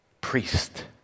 priest